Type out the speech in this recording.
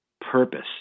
purpose